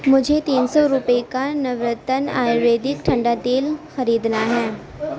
مجھے تین سو روپئے کا نورتن آیورویدک ٹھنڈا تیل خریدنا ہیں